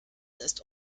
ist